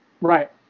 Right